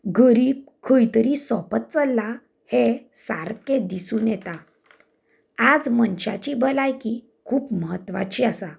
गरीब खंयतरी सोंपत चल्ला हें सारकें दिसून येता आज मनशांची भलायकी खूब म्हत्वाची आसा